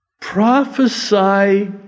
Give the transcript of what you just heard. Prophesy